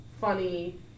funny